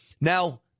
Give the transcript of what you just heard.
Now